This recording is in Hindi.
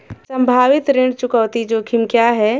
संभावित ऋण चुकौती जोखिम क्या हैं?